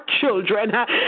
children